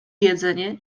jedzenie